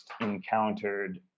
encountered